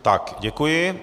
Tak děkuji.